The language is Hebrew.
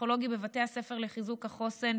הפסיכולוגי בבתי הספר לחיזוק החוסן,